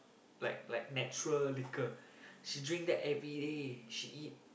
like like natural liquor she drink that everyday she eat